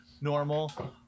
normal